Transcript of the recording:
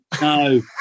No